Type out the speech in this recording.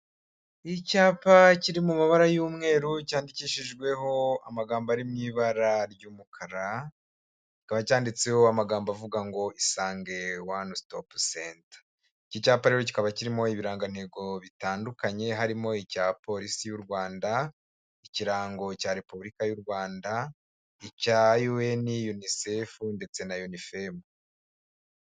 Icyapa kiri mu mabara y'umweru cyandikishijweho amagambo ari mu ibara ry'umukara, kikaba cyanditseho amagambo avuga ngo Isange One Stop Cente, iki cyapa rero kikaba kirimo ibirangantego bitandukanye harimo icya Polisi y'u Rwanda, ikirango cya Repubulika y'u Rwanda, icya UN, Unicefu ndetse na UNIFEM.